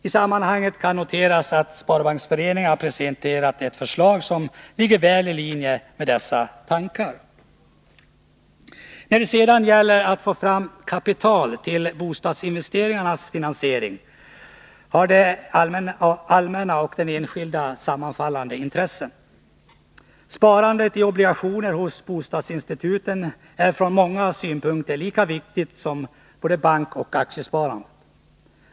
I sammanhanget kan noteras att Sparbanksföreningen har presenterat ett förslag som ligger väl i linje med dessa tankar. När det gäller att få fram kapital till bostadsinvesteringarnas finansiering har det allmänna och den enskilde sammanfallande intressen. Sparande i obligationer hos bostadsinstituten är från många synpunkter lika viktigt som bankoch aktiesparandet.